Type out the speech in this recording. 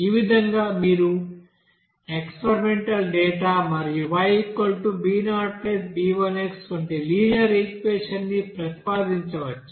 ఈ విధంగా మీరు ఎక్స్పెరిమెంటల్ డేటా మరియు yb0b1x వంటి లినియర్ ఈక్వెషన్ ని ప్రతిపాదించవచ్చు